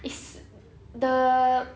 is the